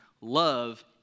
Love